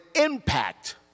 impact